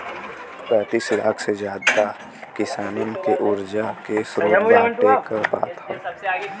पैंतीस लाख से जादा किसानन के उर्जा के स्रोत बाँटे क बात ह